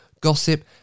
gossip